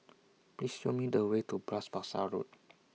Please Show Me The Way to Bras Basah Road